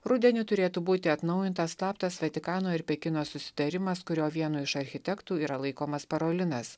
rudenį turėtų būti atnaujintas slaptas vatikano ir pekino susitarimas kurio vienu iš architektų yra laikomas parolinas